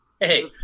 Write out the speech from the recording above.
Hey